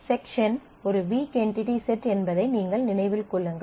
section ஒரு weak entity set என்பதை நீங்கள் நினைவில் கொள்ளுங்கள்